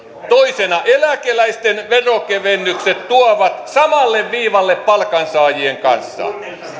toisena eläkeläisten veronkevennykset tuovat samalle viivalle palkansaajien kanssa